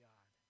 God